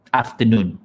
afternoon